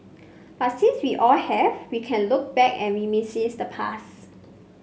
but since we all have we can look back and reminisce the past